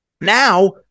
Now